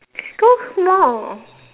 so small